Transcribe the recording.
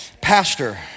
pastor